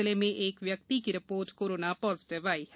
जिले में एक व्यक्ति की रिपोर्ट कोरोना पॉजिटिव आई है